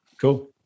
Cool